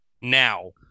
now